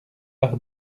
par